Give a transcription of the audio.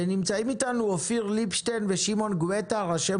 נמצאים איתנו אופיר ליבשטיין ושמעון גואטה, ראשי